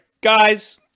Guys